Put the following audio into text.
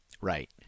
Right